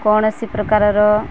କୌଣସି ପ୍ରକାରର